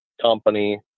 company